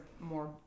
more